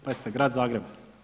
Pazite grad Zagreb.